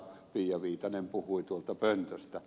pia viitanen puhui tuolta pöntöstä